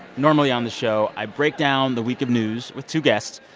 normally on the show, i break down the week of news with two guests.